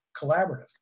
collaborative